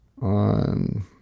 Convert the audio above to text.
on